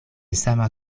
sama